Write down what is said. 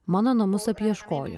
mano namus apieškojo